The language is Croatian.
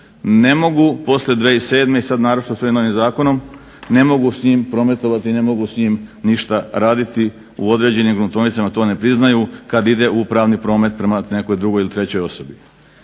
ne mogu poslije 2007. I sad naročito sa ovim novim zakonom ne mogu s njim prometovati i ne mogu s njim ništa raditi. U određenim gruntovnicama to ne priznaju kad ide u pravni promet prema nekoj drugoj ili trećoj osobi.